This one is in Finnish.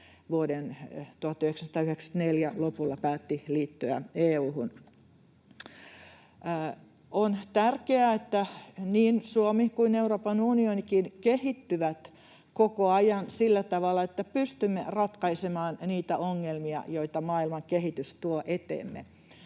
vuoden 1994 lopulla päätti liittyä EU:hun. On tärkeää, että niin Suomi kuin Euroopan unionikin kehittyvät koko ajan sillä tavalla, että pystymme ratkaisemaan niitä ongelmia, joita maailman kehitys tuo eteemme.